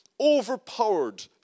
overpowered